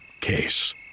case